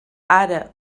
ara